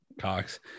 Cox